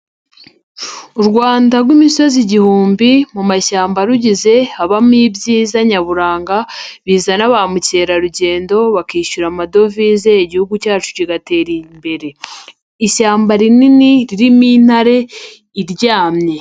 U Rwanda rw'imisozi igihumbi mu mashyamba arugize habamo ibyiza nyaburanga bizana ba mukerarugendo bakishyura amadovize igihugu cyacu kigatera imbere, ishyamba rinini ririmo intare iryamye.